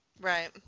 Right